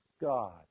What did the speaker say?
God